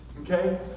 okay